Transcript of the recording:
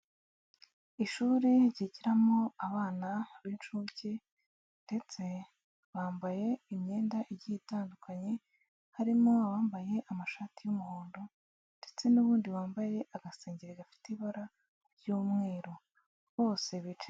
Ishuri ryigiramo abana b'incuke ndetse bambaye imyenda igiye itandukanye harimo abambaye amashati y'umuhondo ndetse n'ubundi wambaye agasengeri gafite ibara ry'umweru bose bicaye.